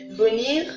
venir